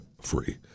free